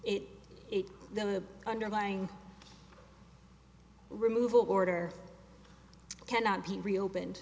then the underlying removal order cannot be reopened